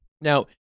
Now